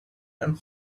and